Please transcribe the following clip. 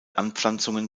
anpflanzungen